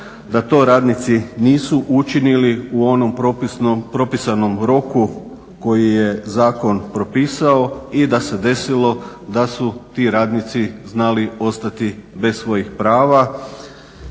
da to radnici nisu učinili u onom propisanom roku koji je zakon propisao i da se desilo da su ti radnici znali ostati bez svojih prava